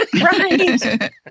Right